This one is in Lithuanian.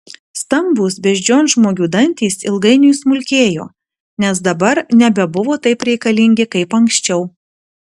stambūs beždžionžmogių dantys ilgainiui smulkėjo nes dabar nebebuvo taip reikalingi kaip anksčiau